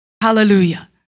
Hallelujah